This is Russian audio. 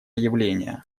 явления